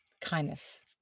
kindness